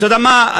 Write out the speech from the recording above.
אתם יודעים מה?